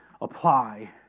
apply